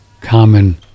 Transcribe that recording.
common